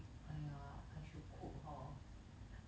!aiya! I should cook hor